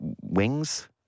wings